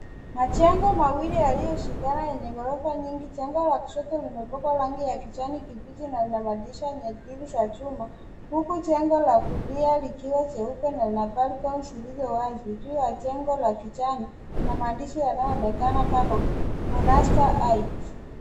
Majengo mawili yaliyoshikana yenye ghorofa nyingi, jengo la kushoto limepakwa rangi ya kijani kibichi na madirisha zenye grili za chuma huku jengo la kulia likiwa jeupe na lina balcon zilizo wazi. Juu ya jengo la kijani kuna maandishi yanayoonekana kama Monasa Heights.